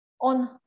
on